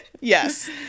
yes